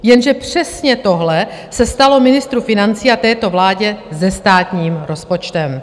Jenže přesně tohle se stalo ministru financí a této vládě se státním rozpočtem.